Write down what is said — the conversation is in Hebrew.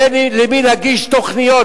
אין למי להגיש תוכניות,